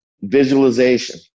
visualization